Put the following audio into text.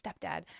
stepdad